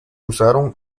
usaron